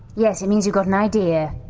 yes, it means you've got an idea.